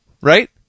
right